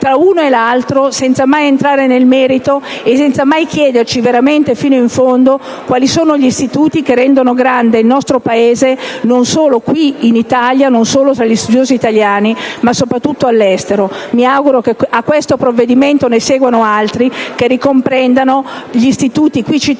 tra una e l'altra senza mai entrare nel merito e senza mai chiederci veramente e fino in fondo quali sono gli istituti che rendono grande il nostro Paese, non solo qui, tra gli studiosi italiani, ma soprattutto all'estero. Mi auguro pertanto che a questo provvedimento ne seguano altri che ricomprendano gli istituti qui citati